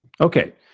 Okay